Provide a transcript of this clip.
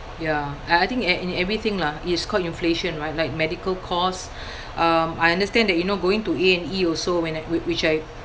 ya I I think e~ in everything lah it's called inflation right like medical costs um I understand that you know going to A and E also when I w~ which I